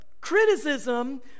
criticism